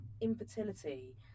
infertility